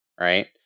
right